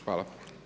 Hvala.